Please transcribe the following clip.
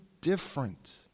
different